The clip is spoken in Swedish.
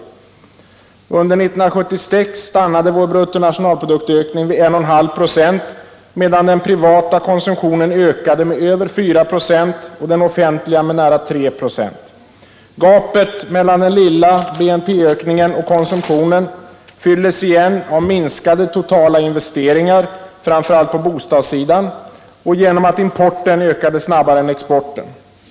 Under 1976 stannade vår bruttonationalproduktökning vid 1,5 26, medan den privata konsumtionen ökade med över 4 96 och den offentliga med nära 3 926. Gapet mellan den ringa BNP-ökningen och konsumtionen fylldes igen av minskade totala investeringar, framför allt på bostadssidan och genom att importen ökade snabbare än exporten.